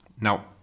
Now